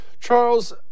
charles